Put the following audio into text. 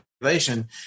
population